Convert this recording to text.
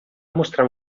mostrar